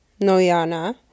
Noyana